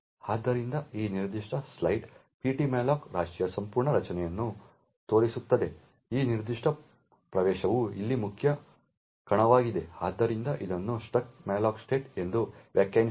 ಆದ್ದರಿಂದ ಈ ನಿರ್ದಿಷ್ಟ ಸ್ಲೈಡ್ ptmalloc ರಾಶಿಯ ಸಂಪೂರ್ಣ ರಚನೆಯನ್ನು ತೋರಿಸುತ್ತದೆ ಈ ನಿರ್ದಿಷ್ಟ ಪ್ರವೇಶವು ಇಲ್ಲಿ ಮುಖ್ಯ ಕಣವಾಗಿದೆ ಆದ್ದರಿಂದ ಇದನ್ನು struct malloc state ಎಂದು ವ್ಯಾಖ್ಯಾನಿಸಲಾಗಿದೆ